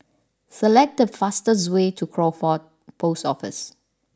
select the fastest way to Crawford Post Office